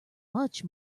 much